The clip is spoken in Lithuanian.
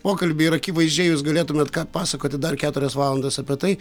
pokalbį ir akivaizdžiai jūs galėtumėt ką pasakoti dar keturias valandas apie tai